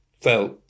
felt